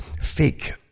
fake